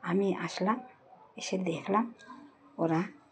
আমি আসলাম এসে দেখলাম ওরা